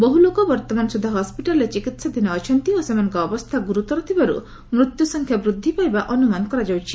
ବହ୍ର ଲୋକ ବର୍ତ୍ତମାନ ସ୍ୱଦ୍ଧା ହସ୍କିଟାଲରେ ଚିକିହାଧୀନ ଅଛନ୍ତି ଓ ସେମାନଙ୍କ ଅବସ୍ଥା ଗୁରୁତର ଥିବାରୁ ମୃତ୍ୟୁ ସଂଖ୍ୟା ବୃଦ୍ଧି ପାଇବା ଅନୁମାନ କରାଯାଉଛି